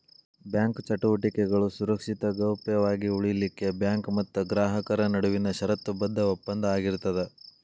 bank ಚಟುವಟಿಕೆಗಳು ಸುರಕ್ಷಿತ ಗೌಪ್ಯ ವಾಗಿ ಉಳಿಲಿಖೆಉಳಿಲಿಕ್ಕೆ ಬ್ಯಾಂಕ್ ಮತ್ತ ಗ್ರಾಹಕರ ನಡುವಿನ ಷರತ್ತುಬದ್ಧ ಒಪ್ಪಂದ ಆಗಿರ್ತದ